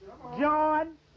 John